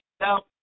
Now